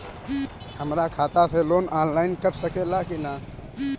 हमरा खाता से लोन ऑनलाइन कट सकले कि न?